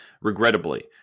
regrettably